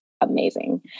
Amazing